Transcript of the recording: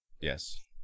Yes